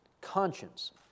Conscience